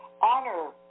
Honor